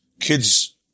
Kids